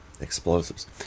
explosives